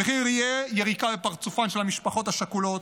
המחיר יהיה יריקה בפרצופן של המשפחות השכולות,